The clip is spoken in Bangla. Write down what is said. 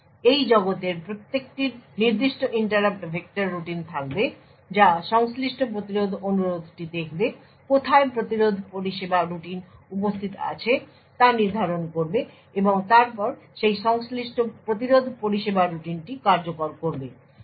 সুতরাং এই জগতের প্রত্যেকটির নিজস্ব ইন্টারাপ্ট ভেক্টর রুটিন থাকবে যা সংশ্লিষ্ট প্রতিরোধ অনুরোধটি দেখবে কোথায় প্রতিরোধ পরিষেবা রুটিন উপস্থিত আছে তা নির্ধারণ করবে এবং তারপর সেই সংশ্লিষ্ট প্রতিরোধ পরিষেবা রুটিনটি কার্যকর করবে